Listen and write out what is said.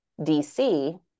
dc